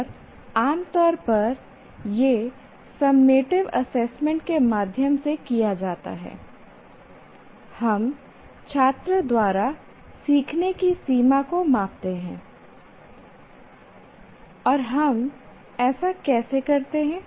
और आम तौर पर यह सममेटिव एसेसमेंट के माध्यम से किया जाता है हम छात्र द्वारा सीखने की सीमा को मापते हैंI और हम ऐसा कैसे करते हैं